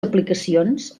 aplicacions